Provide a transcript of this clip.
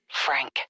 Frank